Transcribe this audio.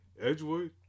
Edgewood